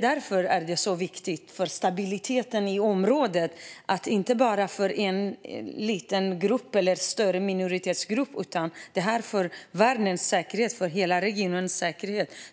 Därför är detta så viktigt för stabiliteten i området, inte bara för en liten grupp eller för en större minoritetsgrupp. Det handlar om världens säkerhet och hela regionens säkerhet.